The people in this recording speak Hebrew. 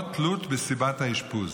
ללא תלות בסיבת האשפוז.